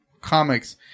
comics